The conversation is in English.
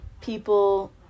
people